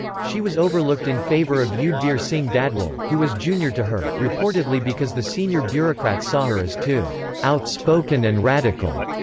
she was overlooked in favour of yudhvir singh dadwal, who was junior to her, reportedly because the senior bureaucrats saw her as too outspoken and radical.